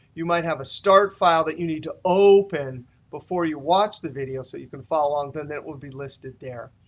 you might have a start file that you need to open before you watch the video so you can follow along then it will be listed there.